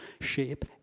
shape